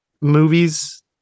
movies